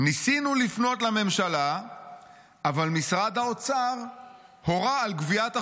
ניסינו לפנות לממשלה אבל משרד האוצר הורה על גביית החובות.